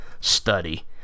study